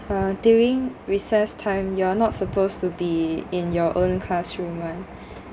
uh during recess time you are not supposed to be in your own classroom [one]